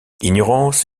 ignorance